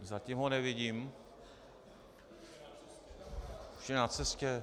Zatím ho nevidím... už je na cestě?